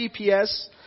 GPS